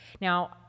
Now